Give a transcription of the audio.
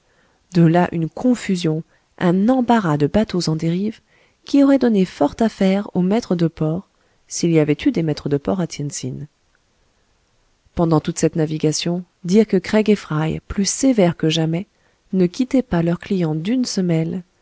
de là une confusion un embarras de bateaux en dérive qui aurait donné fort à faire aux maîtres de port s'il y avait eu des maîtres de port à tien tsin pendant toute cette navigation dire que craig et fry plus sévères que jamais ne quittaient pas leur client d'une semelle